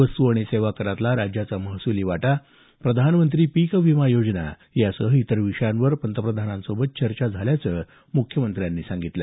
वस्तू आणि सेवा करातला राज्याचा महसुली वाटा प्रधानमंत्री पिक विमा योजना यासह इतर विषयांवर पंतप्रधानांसोबत चर्चा झाल्याचं मुख्यमंत्र्यांनी सांगितलं